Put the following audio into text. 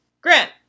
Grant